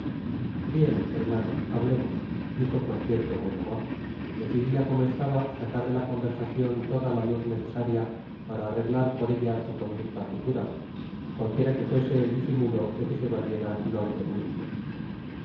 rrrtbien hermano hablemos dijo con cierto buen humor decidida como estaba á sacar de la conversacion toda la luz necesaria para arreglar por ella so conducta futura cualquiera que fuese el disimulo de que se valiera lord dewinter